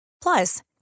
Plus